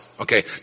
Okay